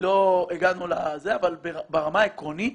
לא הגענו ברמה העקרונית